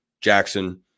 Jackson